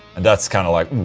and that's kind of like.